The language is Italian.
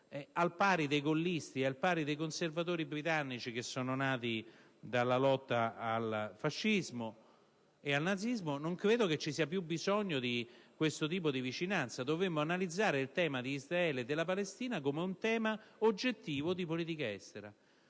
al pari dei gollisti e dei conservatori britannici nati dalla lotta al nazismo e al fascismo; dunque, non credo vi sia più bisogno di questo tipo di vicinanza. Dovremmo invece analizzare il tema di Israele e della Palestina come un tema oggettivo di politica estera,